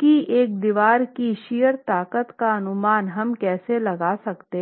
की एक दीवार की शियर ताकत का अनुमान हम कैसे लगा सकते हैं